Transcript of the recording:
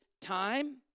time